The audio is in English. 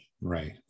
right